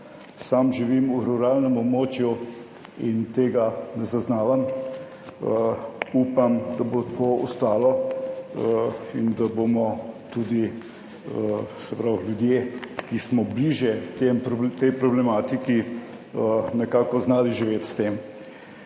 Sam živim v ruralnem območju in tega ne zaznavam. Upam, da bo tako ostalo in da bomo tudi, se pravi ljudje, ki smo bližje tej problematiki, nekako znali živeti s tem.